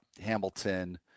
Hamilton